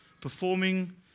performing